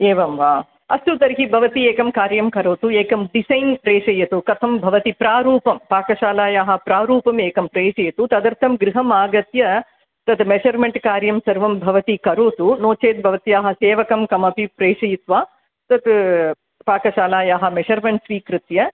एवं वा अस्तु तर्हि भवती एकं कार्यं करोतु एकं डिसै़न् प्रेषयतु कथं भवती प्रारूपं पाकशालायाः प्रारूपमेकं प्रेषयतु तदर्थं गृहम् आगत्य तद् मेशर्मेण्ट् कार्यं सर्वं भवती करोतु नो चेत् भवत्याः सेवकं कमपि प्रेषयित्वा तत् पाकशालायाः मेशर्मेण्ट् स्वीकृत्य